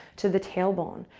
to the tailbone.